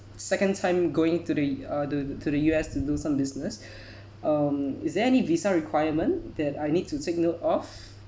second time going to the uh the to the U_S to do some business um is there any visa requirement that I need to take note of